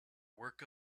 work